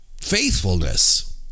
faithfulness